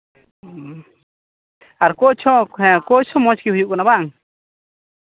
ᱟᱨ ᱠᱳᱪ ᱦᱚᱸ ᱟᱨ ᱠᱳᱪ ᱦᱚᱸ ᱢᱚᱡᱽᱜᱮ ᱦᱩᱭᱩᱜ ᱠᱟᱱᱟ ᱵᱟᱝ